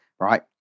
right